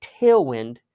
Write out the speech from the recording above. tailwind